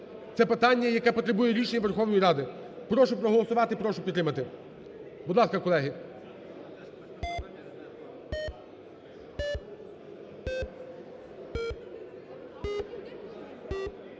це питання, яке потребує рішення Верховної Ради. Прошу проголосувати, прошу підтримати. Будь ласка, колеги.